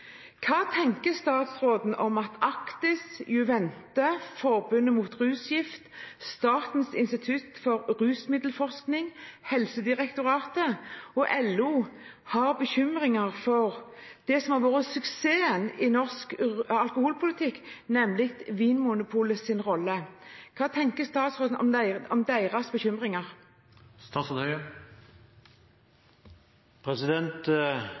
Hva tenker statsråden om at Actis, Juvente, Forbundet mot rusgift, Statens institutt for rusmiddelforskning, Helsedirektoratet og LO har bekymringer med hensyn til det som har vært suksessen i norsk alkoholpolitikk, nemlig Vinmonopolets rolle? Hva tenker statsråden om deres